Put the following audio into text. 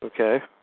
Okay